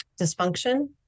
dysfunction